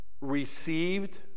received